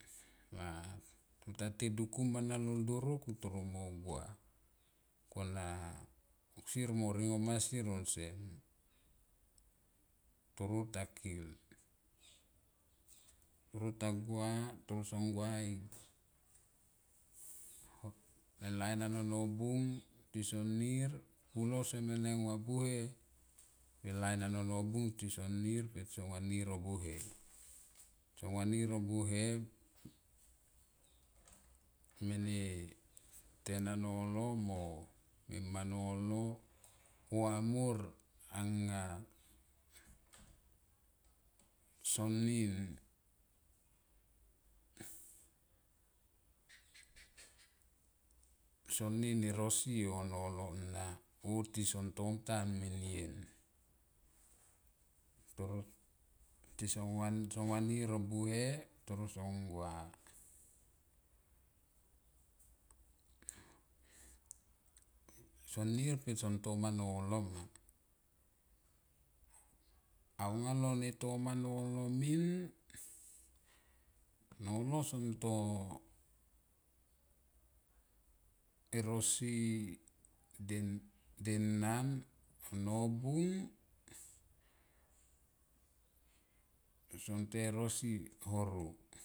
A tore ta te dokum ana lol doro toro mo gua kona sier mo ringoma sier osem toro ta kil. Toro ta gua son gua igo e lain anao nobung tison nir pulo somene va vouhe pe e lain ano nobung son nir pe son vanir obuhe, so vanir o buhe mene tena nolo mo mima nolo ku amo aunga son nin, son nin erosi o nolo na o tisonn tan menien tison vanir nono ma au nga lo ne toma molo min nolo son to ero si denan nobung e nosi hero.